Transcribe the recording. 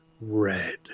red